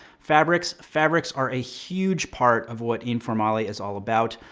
fabrics. fabrics are a huge part of what informale is all about.